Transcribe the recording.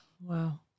Wow